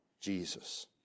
Jesus